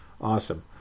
Awesome